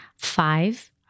Five